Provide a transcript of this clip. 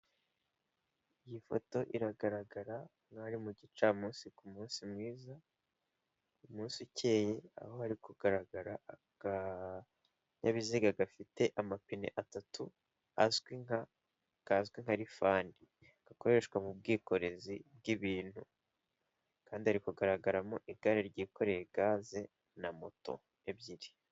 Iyi foto iragaragara nk'aho ari mu gicamunsi ku munsi mwiza, umunsi ukeye aho hari kugaragara akanyabiziga gafite amapine atatu kazwi nka nka Rifand gakoreshwa mu bwikorezi bw'ibintu kandi hari kugaragaramo igare ryikoreye gaze na moto ebyiri.